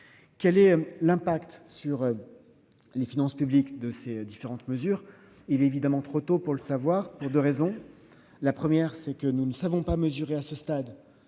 Quel sera l'impact sur les finances publiques de ces différentes mesures ? Il est évidemment trop tôt pour le savoir, et ce pour deux raisons. Premièrement, nous ne savons pas mesurer, à ce stade,